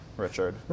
richard